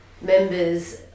members